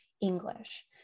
English